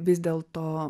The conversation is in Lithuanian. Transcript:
vis dėl to